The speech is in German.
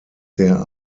der